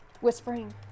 whispering